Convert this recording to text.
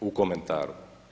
U komentaru.